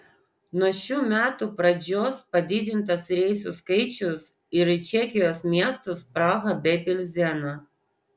nuo šių metų pradžios padidintas reisų skaičius ir į čekijos miestus prahą bei pilzeną